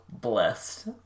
blessed